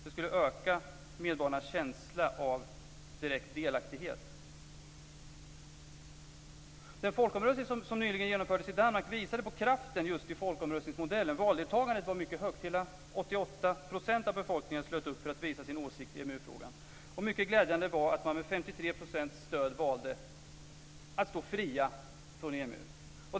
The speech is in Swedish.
Det skulle öka medborgarnas känsla av direkt delaktighet. Den folkomröstning som nyligen genomfördes i Danmark visade på kraften just i folkomröstningsmodellen. Valdeltagandet var mycket högt - hela 88 % av befolkningen slöt upp för att visa sin åsikt i EMU-frågan. Mycket glädjande var att man med 53 % stöd valde att stå fri från EMU.